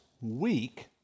week